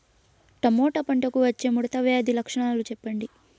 Tomato పంటకు వచ్చే ముడత వ్యాధి లక్షణాలు చెప్పండి?